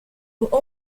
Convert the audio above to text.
who